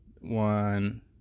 one